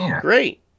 Great